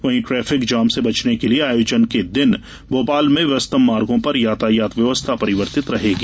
वहीं traffic jam से बचने के लिये आयोजन के दिन भोपाल में व्यस्तम मार्गो पर यात्रायात व्यवस्था परिवर्तित रहेगी